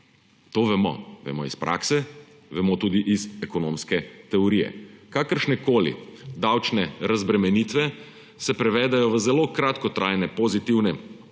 To vemo, vemo iz prakse, vemo tudi iz ekonomske teorije. Kakršnekoli davčne razbremenitve se prevedejo v zelo kratkotrajne pozitivne učinke,